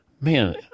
Man